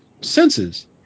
senses